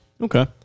Okay